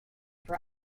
for